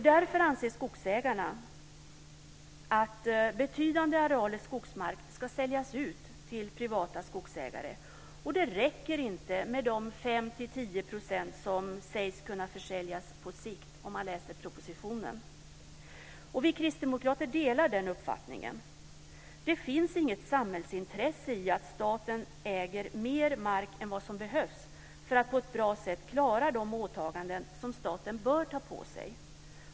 Därför anser skogsägarna att betydande arealer skogsmark ska säljas ut till privata skogsägare. Och det räcker inte med de 5-10 % som sägs kunna försäljas på sikt om man läser propositionen. Vi kristdemokrater delar den uppfattningen. Det finns inget samhällsintresse av att staten äger mer mark än vad som behövs för att på ett bra sätt klara de åtaganden som staten bör ta på sig.